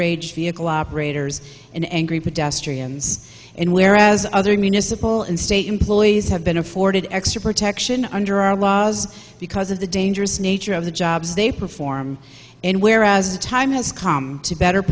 rage vehicle operators and angry pedestrians and whereas other municipal and state employees have been afforded extra protection under our laws because of the dangerous nature of the jobs they perform and where as time has come to better